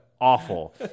awful